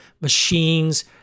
machines